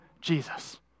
Jesus